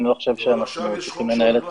אני לא חושב שאנחנו צריכים לנהל את